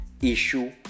issue